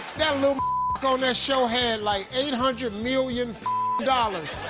that little on that show had like eight hundred million dollars.